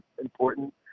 important